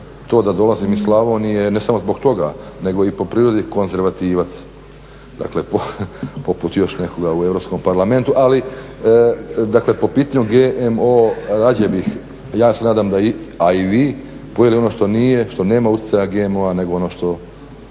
to da dolazim iz Slavonije, ne samo zbog toga, nego i po prirodi konzervativac, dakle poput još nekoga u Europskom parlamentu. Ali, dakle po pitanju GMO rađe bih, ja se nadam da i, a i vi pojeli ono što nije, što nema utjecaja GMO-a nego ono što